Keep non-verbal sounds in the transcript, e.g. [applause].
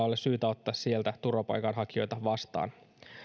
[unintelligible] ole syytä ottaa sieltä turvapaikanhakijoita vastaan